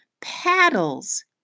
Paddles